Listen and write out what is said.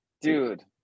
dude